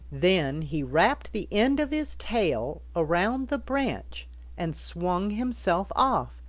then he wrapped the end of his tail around the branch and swung himself off,